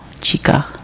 Chica